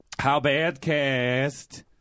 HowBadCast